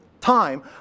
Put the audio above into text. time